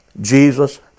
Jesus